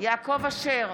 יעקב אשר,